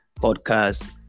podcast